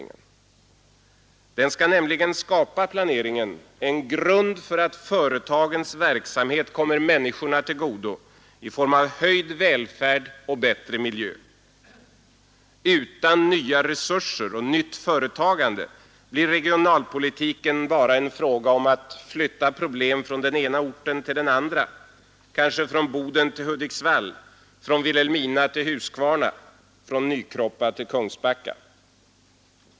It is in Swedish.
Planeringen skall nämligen skapa en grund för att företagens verksamhet kommer människorna till godo i form av höjd välfärd och bättre miljö. Utan nya resurser och nytt företagande blir regionalpolitiken bara en fråga om att flytta problem från den ena orten till den andra, kanske från Boden till Hudiksvall, från Vilhelmina till Huskvarna eller från Nykroppa till Kungsbacka.